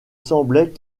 semblait